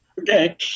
okay